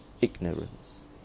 ignorance